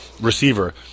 receiver